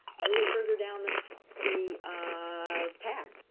moving further down the tab,